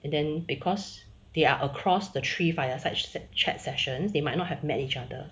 and then because they are across the three fire side ch~ chat session they might not have met each other